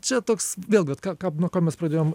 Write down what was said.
čia toks vėl bet ką kam nuo ko mes pradėjom